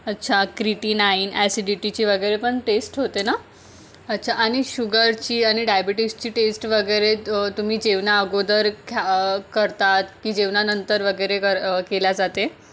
अच्छा क्रिटीनाईन ॲसिडिटीची वगैरे पण टेस्ट होते ना अच्छा आणि शुगरची आणि डायबिटीसची टेस्ट वगैरे तुम्ही जेवणा अगोदर ख्या करतात की जेवणानंतर वगैरे कर केली जाते